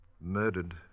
Murdered